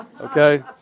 Okay